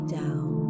down